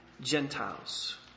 Gentiles